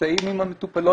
ונמצאים עם המטופלות